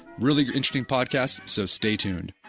really interesting podcast so stay tuned